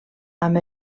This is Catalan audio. amb